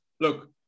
look